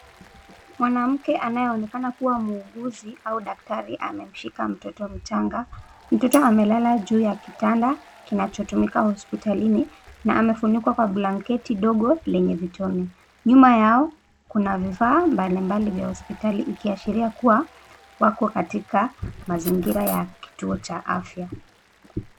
Mwanamke anayeonekana kuwa muuguzi au daktari. Amemshika mtoto mchanga. Mtoto amelala juu ya kitanda kinachotumika hospitalini, na amefunikwa blanketi dogo lenye vitone. Nyuma yao Kuna vifaa mbalimbali vya hospitali ikiashiria kuwa wako katika mazingira ya afya.